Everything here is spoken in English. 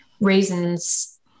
reasons